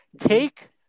Take